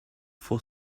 for